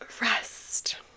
rest